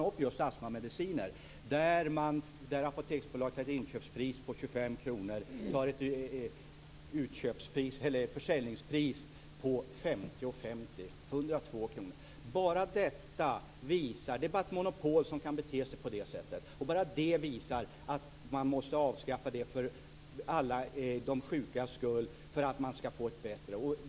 Astmamediciner nämns. Där har Apoteksbolaget ett inköpspris på 25 kr men försäljningspriset är 50:50 kr - 102 % mer. Det är bara ett monopol som kan bete sig på det sättet. Bara det visar att man måste avskaffa detta monopol, just för att alla de sjuka skall få det bättre.